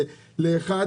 לאחד,